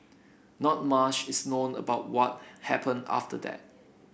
not mush is known about what happened after that